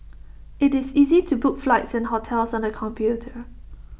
IT is easy to book flights and hotels on the computer